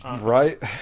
Right